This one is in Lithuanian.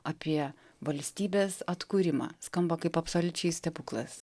apie valstybės atkūrimą skamba kaip absoliučiai stebuklas